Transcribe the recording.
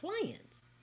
clients